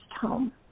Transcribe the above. home